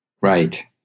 Right